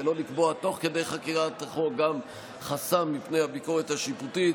ולא לקבוע תוך כדי חקיקת החוק גם חסם מפני הביקורת השיפוטית,